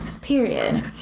Period